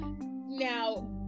now